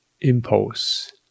impulse